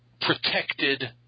protected